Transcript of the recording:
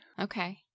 Okay